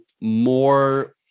more